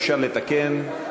אפשר לתקן.